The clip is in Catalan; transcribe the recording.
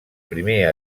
primer